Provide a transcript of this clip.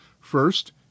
First